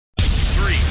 Three